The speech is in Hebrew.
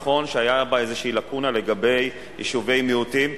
נכון שהיתה בה איזו לקונה לגבי יישובי מיעוטים.